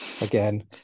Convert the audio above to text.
Again